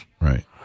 Right